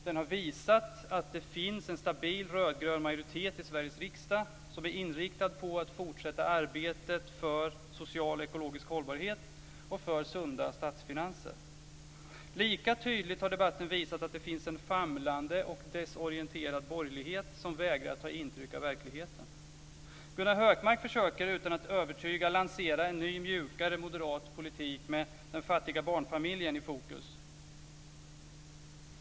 Den har visat att det i Sveriges riksdag finns en stabil röd-grön majoritet som är inriktad på att fortsätta arbetet för social och ekologisk hållbarhet och för sunda statsfinanser. Lika tydligt har debatten visat att det finns en famlande och desorienterad borgerlighet som vägrar att ta intryck av verkligheten. Gunnar Hökmark försöker, utan att övertyga, lansera en ny, mjukare moderat politik med den fattiga barnfamiljen i fokus.